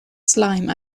slime